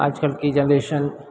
आज कल की जेनरेशन